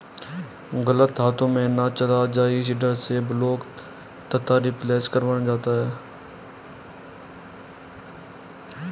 गलत हाथों में ना चला जाए इसी डर से ब्लॉक तथा रिप्लेस करवाया जाता है